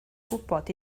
gwybod